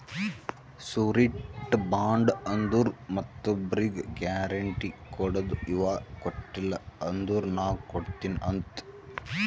surety bond ಅಂದುರ್ ಮತ್ತೊಬ್ರಿಗ್ guarantee ಕೊಡದು ಇವಾ ಕೊಟ್ಟಿಲ ಅಂದುರ್ ನಾ ಕೊಡ್ತೀನಿ ಅಂತ್